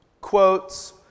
quotes